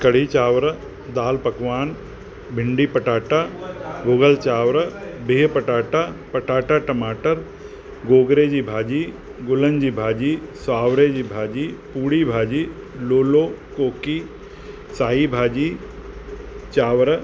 कढ़ी चांवर दालि पकवान भिंडी पटाटा भुगल चांवर बिह पटाटा पटाटा टमाटर गोगरे जी भाॼी गुलनि जी भाॼी सावरे जी भाॼी पूड़ी भाॼी लोलो कोकी साई भाॼी चांवर